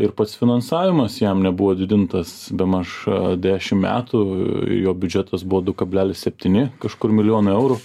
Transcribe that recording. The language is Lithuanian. ir pats finansavimas jam nebuvo didintas bemaž dešim metų jo biudžetas buvo du kablelis septyni kažkur milijonai eurų